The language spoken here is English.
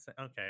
Okay